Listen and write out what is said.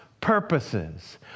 purposes